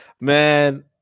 Man